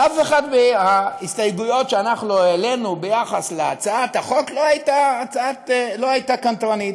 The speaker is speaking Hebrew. שאף אחת מההסתייגויות שאנחנו העלינו ביחס להצעת החוק לא הייתה קנטרנית.